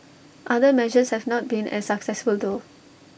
other measures have not been as successful though